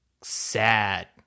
sad